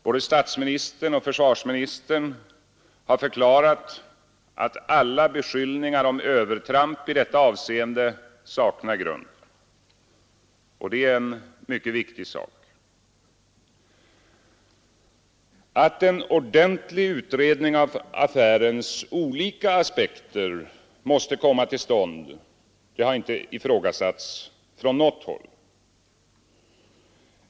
Både statsministern och försvarsministern har förklarat att alla beskyllningar om övertramp i detta avseende saknar grund. Detta är en mycket viktig sak. Att en ordentlig utredning av affärens olika aspekter måste komma till stånd har inte ifrågasatts från något håll.